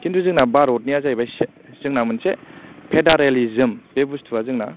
खिन्थु जोंना भारतनिआ जाहैबाय सेम जोंना मोनसे फेडारेलिजम बे बुस्तुवा जोंना